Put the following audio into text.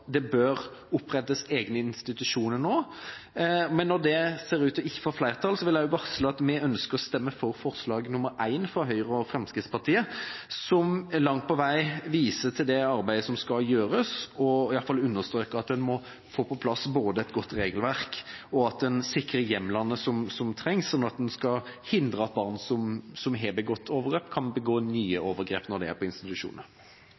det bør opprettes egne institusjoner nå. Men når det ser ut til ikke å få flertall, vil jeg også varsle at vi ønsker å stemme for forslag nr. 1, fra Høyre og Fremskrittspartiet, som langt på vei viser til det arbeidet som skal gjøres, og iallfall understreker at en både må få plass et godt regelverk og må sikre hjemlene som trengs, sånn at en skal hindre at barn som har begått overgrep, kan begå nye overgrep når de er på institusjoner.